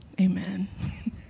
Amen